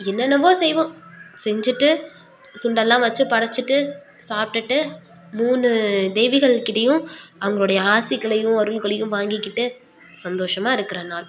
என்னென்னமோ செய்வோம் செஞ்சிட்டு சுண்டல்லாம் வச்சு படைச்சிட்டு சாப்பிடுட்டு மூணு தேவிகள் கிட்டயும் அவங்களோடைய ஆசிகளையும் அருள்களையும் வாங்கிக்கிட்டு சந்தோஷமாக இருக்கிற நாள்